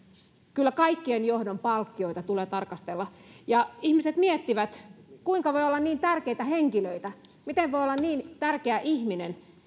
kyllä kaikkia johdon palkkioita tulee tarkastella ihmiset miettivät kuinka voi olla niin tärkeitä henkilöitä miten voi olla niin tärkeä ihminen